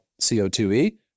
CO2E